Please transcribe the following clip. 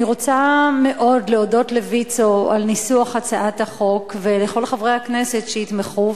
אני רוצה מאוד להודות לויצו על ניסוח הצעת החוק ולכל חברי הכנסת שיתמכו,